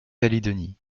calédonie